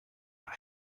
eine